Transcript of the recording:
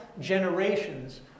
generations